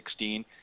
2016